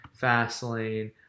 Fastlane